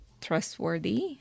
trustworthy